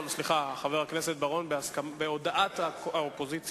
יושב-ראש ההסתדרות ועוד בכירים